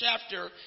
chapter